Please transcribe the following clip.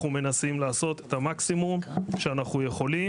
אנחנו מנסים לעשות את המקסימום שאנחנו יכולים,